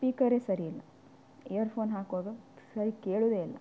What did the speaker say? ಸ್ಪೀಕರೇ ಸರಿ ಇಲ್ಲ ಇಯರ್ಫೋನ್ ಹಾಕುವಾಗ ಸರಿ ಕೇಳುದೇ ಇಲ್ಲ